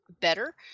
better